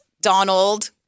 Donald